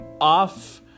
off